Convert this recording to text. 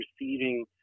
receiving